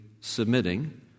submitting